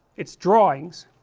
it's drawings,